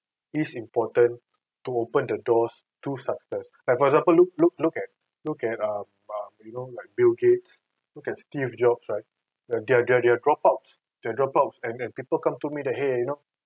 is important to open the doors to success like for example look look look at look at um um you know like bill gates look at steve jobs right they're they're they're dropout they're dropouts and and people come to me !hey! you know